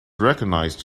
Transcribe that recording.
recognized